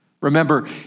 Remember